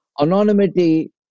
anonymity